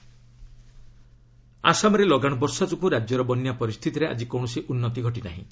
Assam flood ଆସାମରେ ଲଗାଣ ବର୍ଷା ଯୋଗୁଁ ରାଜ୍ୟର ବନ୍ୟା ପରିସ୍ଥିତିରେ ଆକି କୌଣସି ଉନ୍ନତି ଘଟି ନାହିଁ